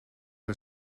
que